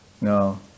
No